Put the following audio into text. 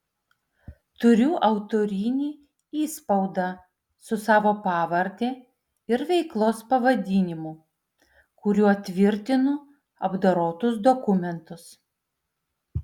turiu autorinį įspaudą su savo pavarde ir veiklos pavadinimu kuriuo tvirtinu apdorotus dokumentus